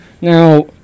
Now